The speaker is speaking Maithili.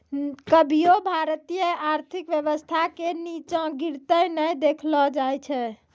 कभियो भारतीय आर्थिक व्यवस्था के नींचा गिरते नै देखलो जाय छै